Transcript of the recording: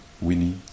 Winnie